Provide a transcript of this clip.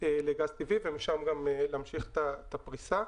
לגז טבעי ומשם להמשיך את הפריסה.